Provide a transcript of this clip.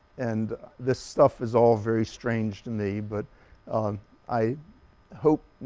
and this stuff is all very strange to me, but i hope